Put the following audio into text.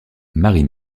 marie